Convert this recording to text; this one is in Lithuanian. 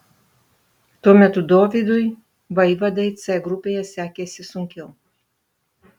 tuo metu dovydui vaivadai c grupėje sekėsi sunkiau